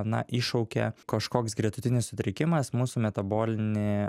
na iššaukia kažkoks gretutinis sutrikimas mūsų metabolinį